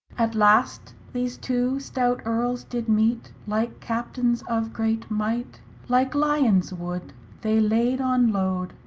at last these two stout erles did meet, like captaines of great might like lyons wood they layd on lode,